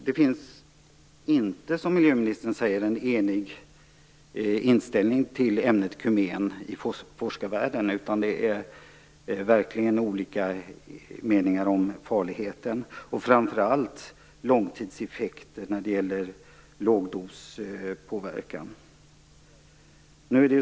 Det finns inte, som miljöministern säger, en enig inställning till ämnet kumen i forskarvärlden. Det är verkligen olika meningar om farligheten, framför allt vad beträffar långtidseffekter när det gäller lågdospåverkan.